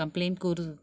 complaint कुरु